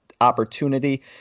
opportunity